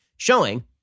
showing